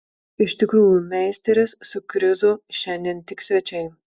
iš tikrųjų meisteris su krizu šiandien tik svečiai